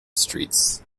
streets